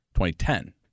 2010